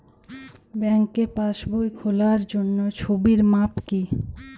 ব্যাঙ্কে পাসবই খোলার জন্য ছবির মাপ কী?